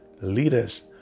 leaders